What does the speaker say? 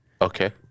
Okay